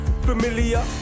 Familiar